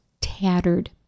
tattered